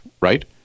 right